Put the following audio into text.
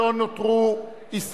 מי נגד, ירים את ידו.